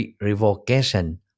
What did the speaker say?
revocation